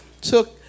took